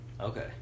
okay